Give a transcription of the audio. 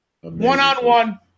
one-on-one